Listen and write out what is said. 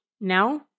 Now